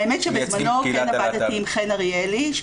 האמת שבזמנו כן עבדתי עם חן אריאלי.